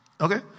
okay